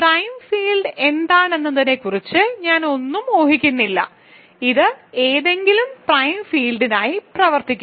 prime field എന്താണെന്നതിനെക്കുറിച്ച് ഞാൻ ഒന്നും ഊഹിക്കുന്നില്ല ഇത് ഏതെങ്കിലും പ്രൈം ഫീൽഡിനായി പ്രവർത്തിക്കുന്നു